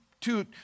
two